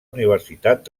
universitat